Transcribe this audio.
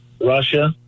Russia